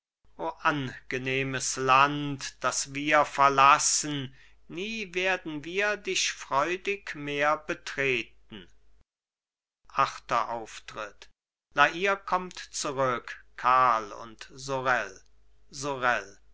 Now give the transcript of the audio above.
angenehmes land das wir verlassen nie werden wir dich freudig mehr betreten achter auftritt la hire kommt zurück karl und sorel sorel